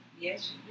Yes